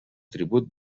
tribut